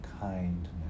kindness